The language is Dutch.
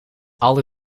alle